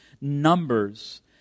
numbers